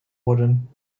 worden